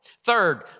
Third